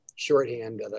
Shorthand